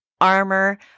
armor